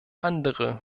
andere